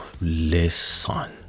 listen